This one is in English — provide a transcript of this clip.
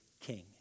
King